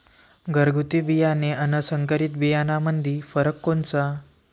घरगुती बियाणे अन संकरीत बियाणामंदी फरक कोनचा?